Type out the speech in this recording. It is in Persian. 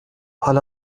حالا